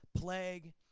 plague